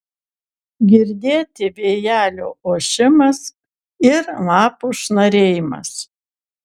girdėti vėjelio ošimas ir lapų šnarėjimas